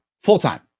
full-time